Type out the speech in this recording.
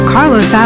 Carlos